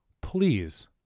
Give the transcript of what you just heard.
please